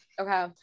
Okay